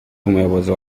umuyobozi